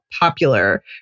popular